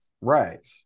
Right